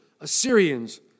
Assyrians